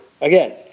again